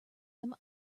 them